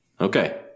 okay